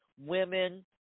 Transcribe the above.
women